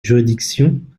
juridiction